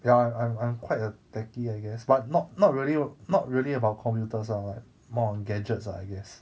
you know I'm I'm I'm quite a techie I guess but not not really not really about commuter 上来 more gadgets or I guess